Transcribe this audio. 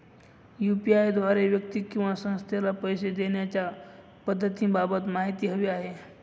UPI द्वारे व्यक्ती किंवा संस्थेला पैसे देण्याच्या पद्धतींबाबत माहिती हवी आहे